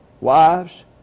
Wives